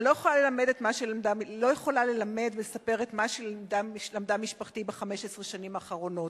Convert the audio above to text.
אני לא יכולה ללמד ולספר את מה שלמדה משפחתי ב-15 השנים האחרונות".